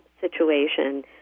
situation